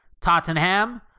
Tottenham